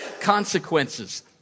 Consequences